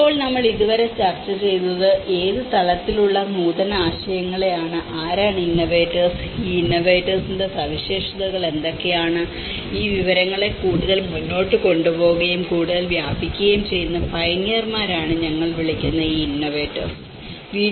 ഇപ്പോൾ നമ്മൾ ഇതുവരെ ചർച്ച ചെയ്തത് ഏത് തലത്തിലുള്ള നൂതനാശയങ്ങളെയാണ് ആരാണ് ഈ ഇന്നോവേറ്റർസ് ഈ ഇന്നോവേറ്റർസിന്റെ സവിശേഷതകൾ എന്തൊക്കെയാണ് ഈ വിവരങ്ങളെ കൂടുതൽ മുന്നോട്ട് കൊണ്ടുപോകുകയും കൂടുതൽ വ്യാപിപ്പിക്കുകയും ചെയ്യുന്ന പയനിയർമാരാണ് ഞങ്ങൾ വിളിക്കുന്ന ഈ ഇന്നോവേറ്റർസ്